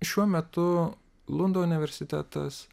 šiuo metu lundo universitetas